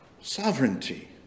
sovereignty